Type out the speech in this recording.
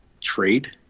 trade